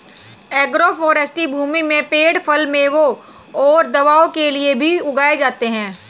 agroforestry भूमि में पेड़ फल, मेवों और दवाओं के लिए भी उगाए जाते है